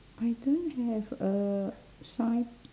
I don't have a sign